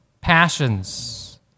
passions